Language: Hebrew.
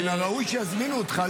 מן הראוי שיזמינו אותך,